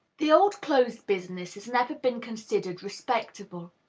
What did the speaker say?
the old-clothes business has never been considered respectable.